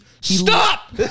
Stop